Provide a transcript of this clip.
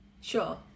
Sure